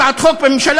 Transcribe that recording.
הצעת חוק בממשלה,